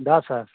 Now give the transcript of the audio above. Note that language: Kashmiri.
دَہ ساس